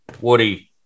Woody